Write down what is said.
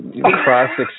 cross